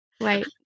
Right